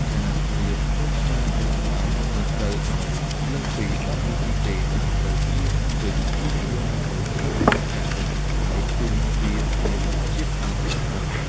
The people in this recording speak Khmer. ការលាបក្រូចឆ្មារលើស្បែកមិនត្រូវឲ្យលើសពី ១០ នាទីទេ ហើយត្រូវលាងចេញភ្លាមៗដើម្បីជៀសវាងការរលាកស្បែក ព្រោះវាមានជាតិអាស៊ីដខ្លាំង។